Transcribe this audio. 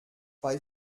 bei